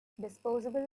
disposable